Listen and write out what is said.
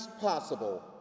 possible